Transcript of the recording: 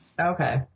Okay